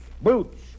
boots